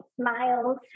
smiles